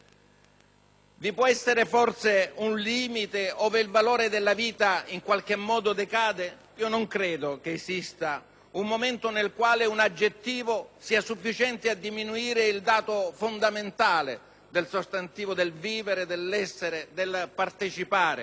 Vi può essere forse un limite, ove il valore della vita in qualche modo decade? Non credo che esista un momento nel quale un aggettivo sia sufficiente a diminuire il dato fondamentale del sostantivo del vivere, dell'essere e del partecipare